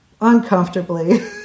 uncomfortably